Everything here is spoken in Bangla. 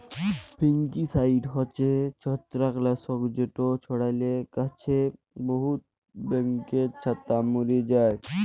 ফাঙ্গিসাইড হছে ছত্রাক লাসক যেট ছড়ালে গাহাছে বহুত ব্যাঙের ছাতা ম্যরে যায়